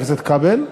חבר הכנסת איתן כבל.